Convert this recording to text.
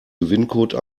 gewinncode